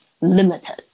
limited